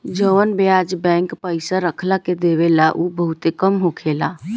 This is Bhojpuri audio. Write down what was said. जवन ब्याज बैंक पइसा रखला के देवेला उ बहुते कम होखेला